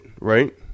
right